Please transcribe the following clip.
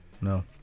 No